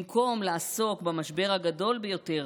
במקום לעסוק במשבר הגדול ביותר